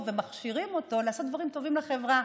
ומכשירים אותו לעשות דברים טובים בחברה,